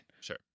sure